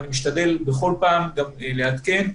משתדל כל פעם לעדכן.